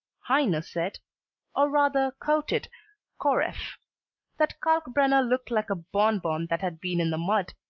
heine said or rather quoted koreff that kalkbrenner looked like a bonbon that had been in the mud.